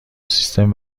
سیستم